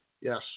Yes